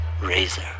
razor